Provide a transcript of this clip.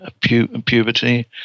puberty